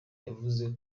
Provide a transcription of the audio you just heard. yavuze